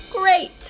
Great